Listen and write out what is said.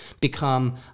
become